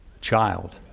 Child